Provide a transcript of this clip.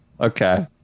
Okay